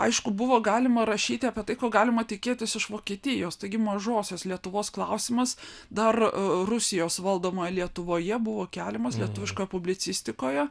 aišku buvo galima rašyti apie tai ko galima tikėtis iš vokietijos taigi mažosios lietuvos klausimas dar rusijos valdomoje lietuvoje buvo keliamas lietuviškoje publicistikoje